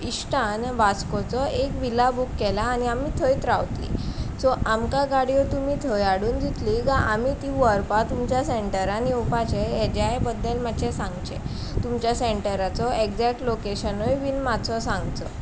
इश्टान वास्कोचो एक विल्ला बूक केला आनी आमी थंयत रावतली सो आमकां गाडयो तुमी थंय हाडून दितली कांय आमी ती व्हरपा तुमच्या सेंटरान येवपाचें हेज्याय बद्दल मातशें सांगचें तुमच्या सेंटराचो एक्जेक्ट लोकेशनूय बीन मातसो सांगचो